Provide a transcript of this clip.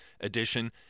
edition